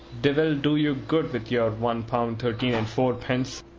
divil do you good with your one pound thirteen and fourpence!